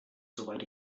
soweit